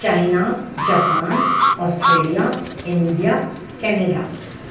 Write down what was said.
China Japan Australia India Canada